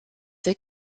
the